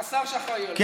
כשר שאחראי לזה,